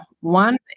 One